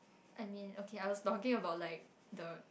I mean okay I was talking about like the